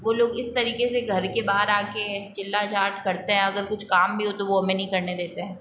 वो लोग इस तरीके से घर के बाहर आ के चिल्ला चाट करते हैं अगर कुछ काम भी हो तो वो हमें नहीं करने देते हैं